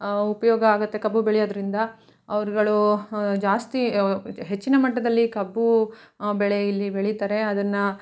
ಉಪಯೋಗ ಆಗುತ್ತೆ ಕಬ್ಬು ಬೆಳೆಯೋದರಿಂದ ಅವ್ರುಗಳೂ ಹ ಜಾಸ್ತಿ ಹೆಚ್ಚಿನ ಮಟ್ಟದಲ್ಲಿ ಕಬ್ಬು ಬೆಳೆ ಇಲ್ಲಿ ಬೆಳಿತಾರೆ ಅದನ್ನು